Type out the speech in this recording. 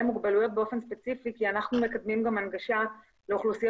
מוגבלויות באופן ספציפי כי אנחנו מקדמים גם הנגשה לאוכלוסיות